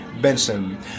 Benson